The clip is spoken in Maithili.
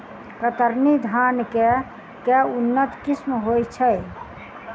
कतरनी धान केँ के उन्नत किसिम होइ छैय?